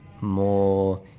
more